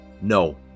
No